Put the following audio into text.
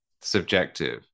subjective